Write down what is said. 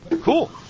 Cool